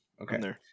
Okay